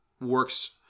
works